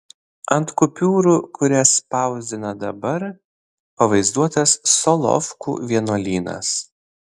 ant kupiūrų kurias spausdina dabar pavaizduotas solovkų vienuolynas